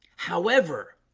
however